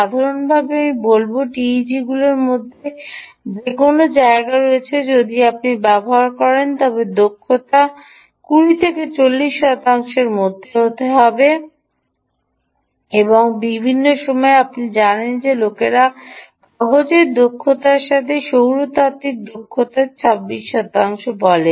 সাধারণত আমি বলব এটি টিইজিগুলির মধ্যে যে কোনও জায়গায় রয়েছে যদি আপনি ব্যবহার করেন তবে দক্ষতা 20 থেকে 40 শতাংশের মধ্যে হতে পারে be সৌর থেকে ভিন্ন আপনি জানেন যে লোকেরা কাগজে দক্ষতার সাথে সৌর তাত্ত্বিক দক্ষতাও 26 শতাংশ বলে